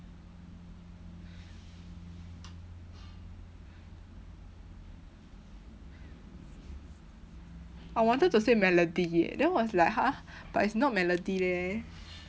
I wanted to say melody eh then was like !huh! but it's not melody leh